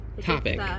topic